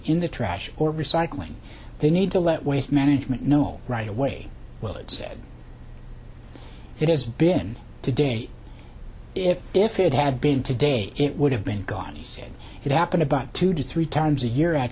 in the trash or recycling they need to let waste management know right away well it said it has been today if if it had been today it would have been gone he said it happened about two to three times a year a